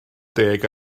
deg